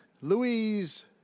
Louise